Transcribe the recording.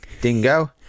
Dingo